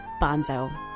Bonzo